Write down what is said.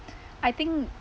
I think